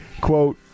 quote